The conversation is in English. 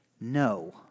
no